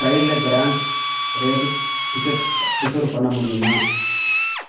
டிரெயின்ல Grand Rapid ticket reserve பண்ண முடியுமா